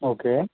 okay